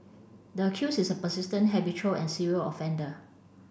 the accused is a persistent habitual and serial offender